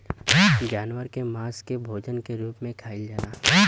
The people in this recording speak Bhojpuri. जानवर के मांस के भोजन के रूप में खाइल जाला